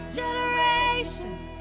generations